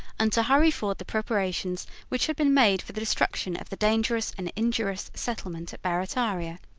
and to hurry forward the preparations which had been made for the destruction of the dangerous and injurious settlement at barrataria.